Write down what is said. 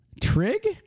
Trig